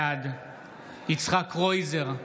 בעד יצחק קרויזר,